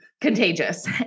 contagious